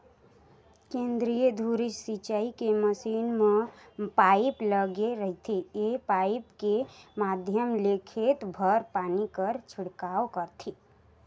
केंद्रीय धुरी सिंचई के मसीन म पाइप लगे रहिथे ए पाइप के माध्यम ले खेत भर पानी कर छिड़काव करथे